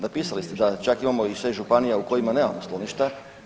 Napisali ste da čak imamo i županija u kojima nemamo skloništa.